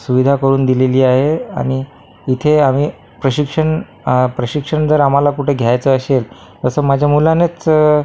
सुविधा करून दिलेली आहे आणि इथे आम्ही प्रशिक्षण प्रशिक्षण जर आम्हाला कुठे घ्यायचं असेल तसं माझ्या मुलानेच